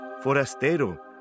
forastero